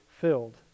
filled